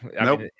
Nope